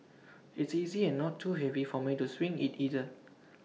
it's easy and not too heavy for me to swing IT either